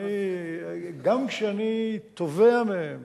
גם כשאני תובע מהם